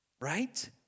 right